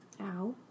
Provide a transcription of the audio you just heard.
Ow